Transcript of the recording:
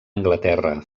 anglaterra